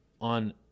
on